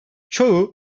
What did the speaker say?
çoğu